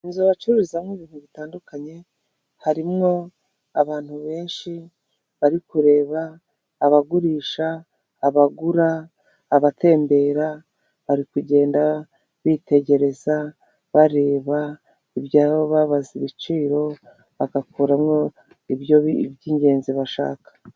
Inzu bacururizamo ibintu bitandukanye harimo abantu benshi bari kureba. Abagurisha ,abagura, abatembera bari kugenda bitegereza bareba ibyabo babaza ibiciro bagakuramo ibyi ngenzi bashaka.